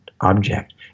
object